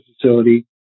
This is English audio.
facility